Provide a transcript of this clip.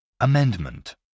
Amendment